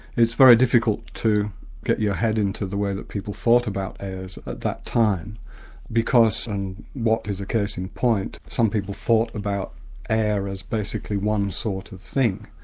it's very difficult to get your head into the way that people thought about airs at that time because, and watt is a case in point, some people thought about air as basically one sort of thing,